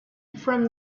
from